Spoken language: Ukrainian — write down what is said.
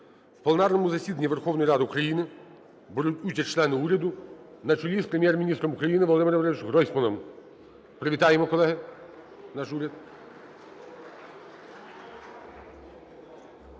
В пленарному засідання Верховної Ради України беруть участь члени уряду на чолі з Прем'єр-міністром України Володимиром Борисовичем Гройсманом. Привітаємо, колеги, наш уряд.